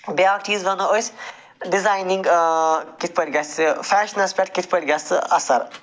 بیٛاکھ چیٖز وَنو أسۍ ڈزاینِگ کِتھ پٲٹھۍ گَژھِ فٮ۪شنس پٮ۪ٹھ کِتھ پٲٹھۍ اثر